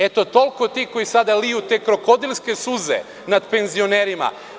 Eto, toliko je sada tih koji liju te krokodilske suze nad penzionerima.